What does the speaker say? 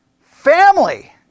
family